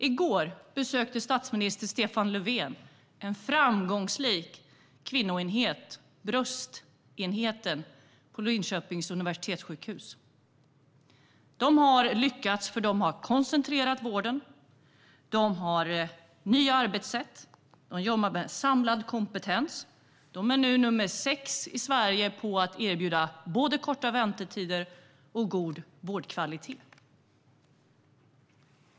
I går besökte statsminister Stefan Löfven en framgångsrik kvinnoenhet - bröstenheten på Linköpings universitetssjukhus. De har lyckats för att de har koncentrerat vården. De har nya arbetssätt, de jobbar med samlad kompetens och de är nu nummer sex i Sverige på att erbjuda både korta väntetider och god vårdkvalitet.